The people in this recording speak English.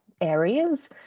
areas